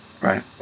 Right